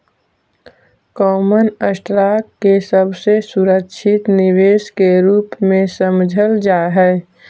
common stock के सबसे सुरक्षित निवेश के रूप में समझल जा हई